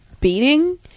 beating